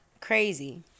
crazy